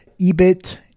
EBIT